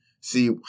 see